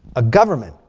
a government,